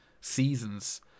seasons